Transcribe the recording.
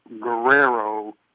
Guerrero